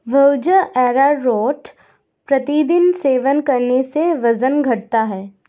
भैया अरारोट प्रतिदिन सेवन करने से वजन घटता है